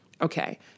Okay